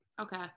okay